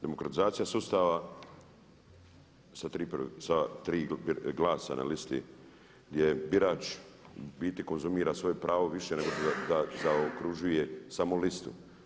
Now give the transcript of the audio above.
Demokratizacija sustava sa tri glasa na listi je birač u biti konzumira svoje pravo više nego da zaokružuje samo listu.